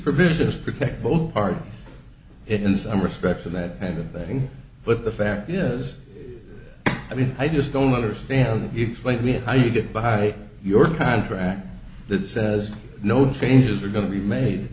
provisions protect both parties in some respects of that kind of thing but the fact is i mean i just don't understand explain to me how you get by your contract that says no changes are going to be made